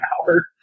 power